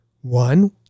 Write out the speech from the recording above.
One